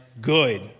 good